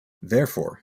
therefore